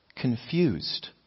confused